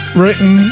written